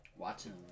Watching